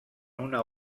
una